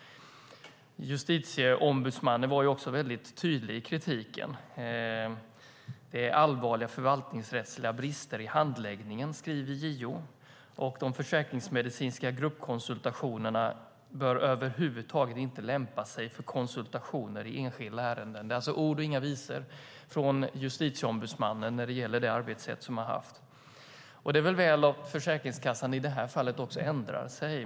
Justitieombudsmannen var också väldigt tydlig i kritiken. Det är "allvarliga förvaltningsrättsliga brister i handläggningen", skriver JO. "Försäkringsmedicinska gruppkonsultationer anses därför överhuvudtaget inte lämpa sig för konsultationer i enskilda ärenden." Det är ord och inga visor från Justitieombudsmannen när det gäller det arbetssätt som Försäkringskassan har haft. Det är väl bra att Försäkringskassan i det här fallet också ändrar sig.